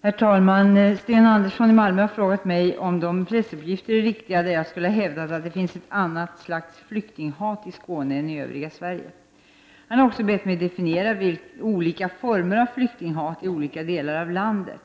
Herr talman! Sten Andersson i Malmö har frågat mig om de pressuppgifter är riktiga, där jag skulle ha hävdat att det finns ett annat slags flyktinghat i Skåne än i övriga Sverige. Han har också bett mig definiera olika former av flyktinghat i olika delar av landet.